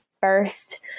first